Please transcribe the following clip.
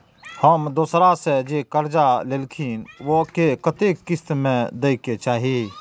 हम दोसरा से जे कर्जा लेलखिन वे के कतेक किस्त में दे के चाही?